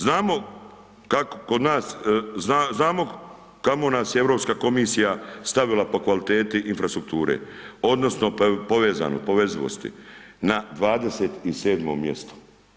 Znamo kako kod nas, znamo kamo nas je Europska komisija stavila po kvaliteti infrastrukture, odnosno povezivosti, na 27 mjesto.